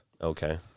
Okay